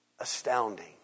Astounding